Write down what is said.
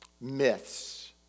myths